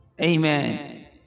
amen